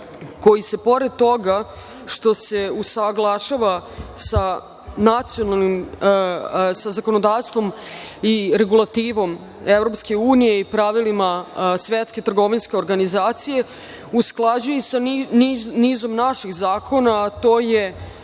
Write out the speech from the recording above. koji se, pored toga što se usaglašava sa zakonodavstvom i regulativom EU i pravilima STO, usklađuje i sa nizom naših zakona, a to je